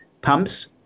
pumps